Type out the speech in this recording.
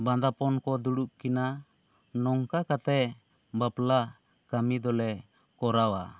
ᱵᱟᱸᱫᱟᱯᱚᱱ ᱠᱚ ᱫᱩᱲᱩᱵ ᱠᱤᱱᱟ ᱱᱚᱝᱠᱟ ᱠᱟᱛᱮᱜ ᱵᱟᱯᱞᱟ ᱠᱟᱹᱢᱤ ᱫᱚᱞᱮ ᱠᱚᱨᱟᱣᱟ